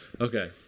Okay